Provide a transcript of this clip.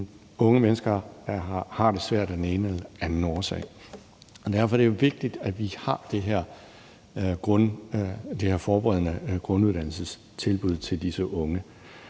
unge mennesker har det svært af den ene eller den anden årsag, og derfor er det jo vigtigt, at vi har det her tilbud om forberedende grunduddannelse til disse unge.